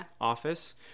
office